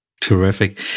Terrific